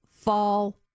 fall